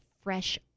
fresh